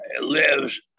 lives